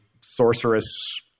sorceress